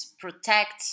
protect